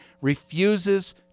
refuses